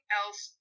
else